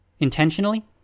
Intentionally